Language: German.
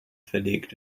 verlegt